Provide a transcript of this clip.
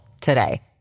today